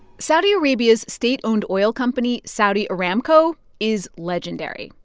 saudi arabia's state-owned oil company saudi aramco is legendary.